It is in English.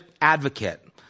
advocate